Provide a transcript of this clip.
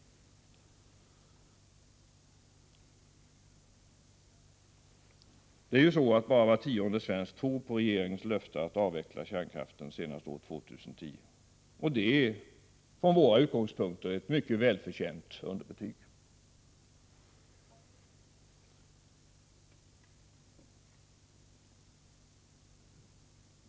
Det är ju så att bara var tionde svensk tror på löftet att avveckla kärnkraften senast år 2010. Detta är från våra utgångspunkter ett mycket välförtjänt underbetyg.